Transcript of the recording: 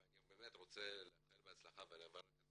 ואני באמת רוצה לאחל בהצלחה ומברך את